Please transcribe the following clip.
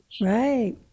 Right